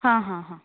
हां हां हां